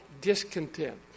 discontent